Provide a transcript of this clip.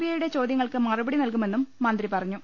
I യുടെ ചോദ്യങ്ങൾക്ക് മറുപടി നൽകുമെന്നും മന്ത്രി പറഞ്ഞു